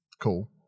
cool